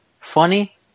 funny